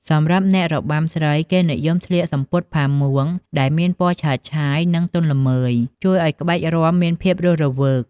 សម្រាប់អ្នករបាំស្រី គេនិយមស្លៀកសំពត់ផាមួងដែលមានពណ៌ឆើតឆាយ និងទន់ល្មើយ ជួយឱ្យក្បាច់រាំមានភាពរស់រវើក។